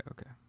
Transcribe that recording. okay